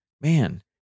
man